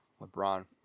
LeBron